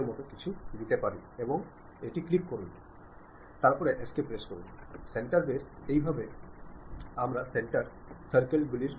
നിങ്ങൾ ഇംഗ്ലീഷിലാണ് എഴുതുന്നതെന്നും നിങ്ങളുടെ വാക്യങ്ങളിൽ വ്യാകരണപ്പിഴയുള്ളതും അതിൽ നിങ്ങളുടെ വിദ്യാഭ്യാസ നിലവാരം എത്രത്തോളം ഉണ്ടെന്നും മനസിലാകും